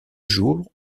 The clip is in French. jour